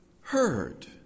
heard